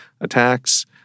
attacks